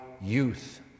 youth